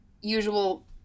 usual